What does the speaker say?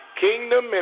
Kingdom